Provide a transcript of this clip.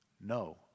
no